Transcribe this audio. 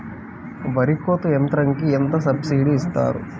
వరి కోత యంత్రంకి ఎంత సబ్సిడీ ఇస్తారు?